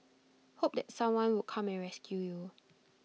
hope that someone would come and rescue you